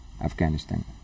Afghanistan